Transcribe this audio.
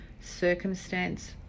Circumstance